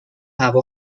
هوا